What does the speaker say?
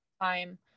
time